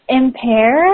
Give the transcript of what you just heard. impair